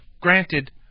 granted